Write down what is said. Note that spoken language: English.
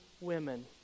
women